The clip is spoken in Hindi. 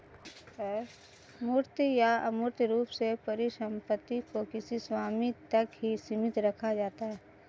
मूर्त या अमूर्त रूप से परिसम्पत्ति को किसी स्वामी तक ही सीमित रखा जाता है